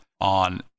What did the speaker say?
on